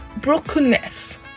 brokenness